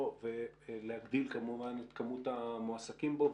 ולהגדיל כמובן את כמות המועסקים בו.